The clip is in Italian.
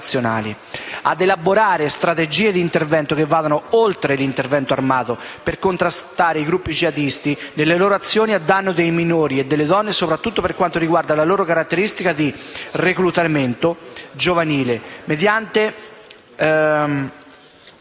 ad elaborare strategie di intervento che vadano oltre l'intervento armato per contrastare i gruppi jihadisti nelle loro azioni a danno dei minori e delle donne, soprattutto per quanto riguarda la loro caratteristica di reclutamento giovanile mediante